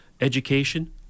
education